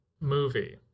movie